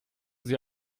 sie